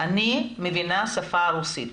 אני מבינה את השפה הרוסית,